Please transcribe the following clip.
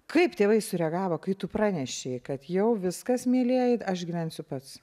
kaip tėvai sureagavo kai tu pranešei kad jau viskas mielieji aš gyvensiu pats